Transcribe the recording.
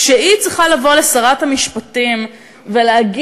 כשהיא צריכה לבוא לשרת המשפטים ולהגיד,